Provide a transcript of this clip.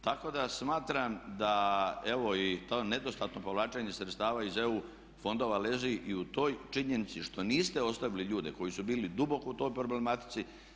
Tako da smatram da evo i to nedostatno povlačenje sredstava iz EU fondova leži i u toj činjenici što niste ostavili ljude koji su bili duboko u toj problematici.